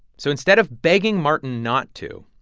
so instead of begging martin not to,